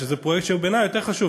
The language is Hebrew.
שזה פרויקט שבעיני יותר חשוב,